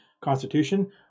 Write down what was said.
Constitution